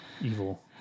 Evil